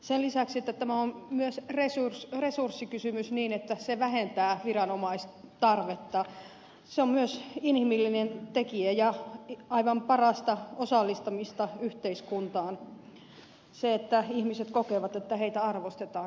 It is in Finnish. sen lisäksi että tämä on myös resurssikysymys niin että se vähentää viranomaistarvetta se on myös inhimillinen tekijä ja aivan parasta osallistamista yhteiskuntaan se että ihmiset kokevat että heitä arvostetaan